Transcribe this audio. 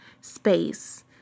space